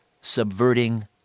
Subverting